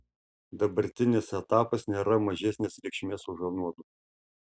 dabartinis etapas nėra mažesnės reikšmės už anuodu